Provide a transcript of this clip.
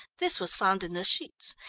this was found in the sheets.